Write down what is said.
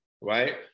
right